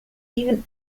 even